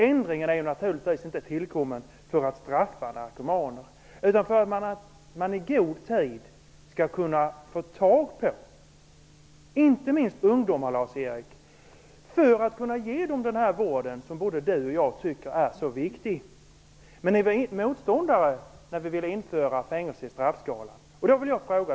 Ändringen är naturligtvis inte tillkommen för att straffa narkomaner utan för att man i god tid skall kunna få tag på inte minst ungdomar, Lars-Erik Lövdén, för att kunna ge dem den vård som både Lars-Erik Lövdén och jag tycker är så viktig. Men ni var motståndare när vi ville införa fängelse i straffskalan.